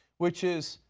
which is,